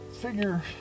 figure